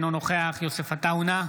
אינו נוכח יוסף עטאונה,